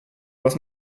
was